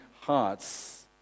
hearts